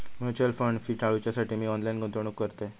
mutual fund fee टाळूच्यासाठी मी online गुंतवणूक करतय